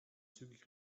zügig